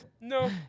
No